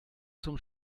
zum